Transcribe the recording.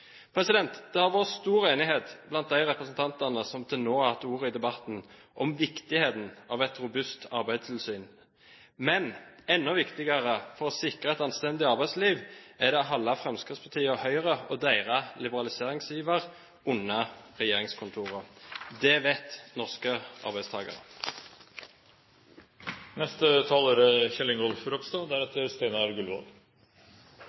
Det har vært stor enighet blant de representantene som til nå har hatt ordet i debatten, om viktigheten av et robust arbeidstilsyn, men enda viktigere for å sikre et anstendig arbeidsliv er det å holde Fremskrittspartiet og Høyre og deres liberaliseringsiver unna regjeringskontorene. Det vet norske